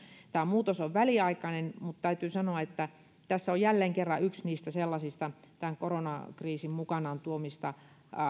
tämä muutos on väliaikainen mutta täytyy sanoa että tässä on jälleen kerran yksi niistä sellaisista koronakriisin mukanaan tuomista